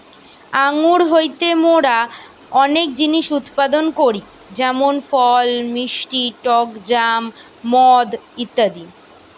আঙ্গুর হইতে মোরা অনেক জিনিস উৎপাদন করি যেমন ফল, মিষ্টি টক জ্যাম, মদ ইত্যাদি